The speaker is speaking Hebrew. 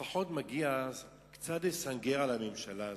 לפחות מגיע קצת לסנגר על הממשלה הזאת.